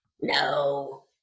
No